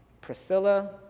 Priscilla